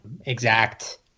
exact